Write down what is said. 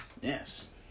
Yes